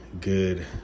good